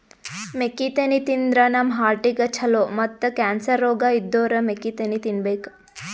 ಮೆಕ್ಕಿತೆನಿ ತಿಂದ್ರ್ ನಮ್ ಹಾರ್ಟಿಗ್ ಛಲೋ ಮತ್ತ್ ಕ್ಯಾನ್ಸರ್ ರೋಗ್ ಇದ್ದೋರ್ ಮೆಕ್ಕಿತೆನಿ ತಿನ್ಬೇಕ್